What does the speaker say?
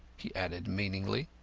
he added meaningly.